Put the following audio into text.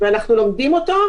ואנחנו לומדים אותו,